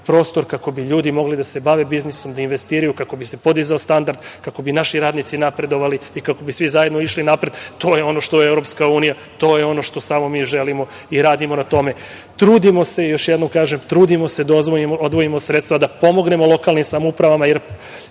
prostor kako bi ljudi mogli da se bave biznisom, da investiraju kako bi se podizao standard, kako bi naši radnici napredovali i kako bi zajedno svi išli napred, to je ono što EU, to je ono što samo mi želimo i radimo na tome. Trudimo se, još jednom kažem, trudimo se da odvojimo sredstva, da pomognemo lokalnim samoupravama, jer